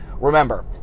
Remember